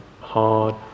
hard